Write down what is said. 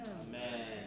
amen